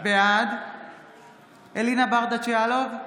בעד אלינה ברדץ' יאלוב,